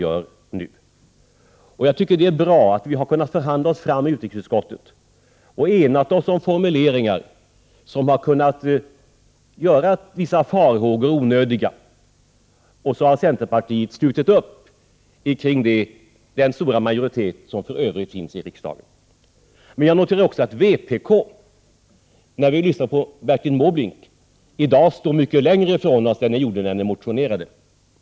Jag tycker att det är bra att vi i utrikesutskottet har kunnat förhandla oss fram och ena oss om formuleringar som har gjort vissa farhågor onödiga. Centerpartiet har slutit upp kring den stora majoritet som för övrigt finns i riksdagen. Efter att ha lyssnat till Bertil Måbrink noterar jag att vpk i dag däremot står mycket längre från oss andra än i — Prot. 1988/89:129 januari.